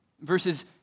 Verses